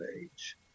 age